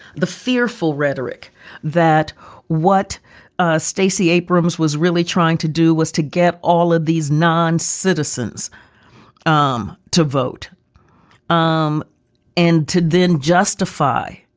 the fearful rhetoric that what ah stacey abrams was really trying to do was to get all of these non-citizens um to vote um and to then justify